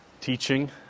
teaching